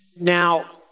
Now